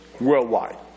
worldwide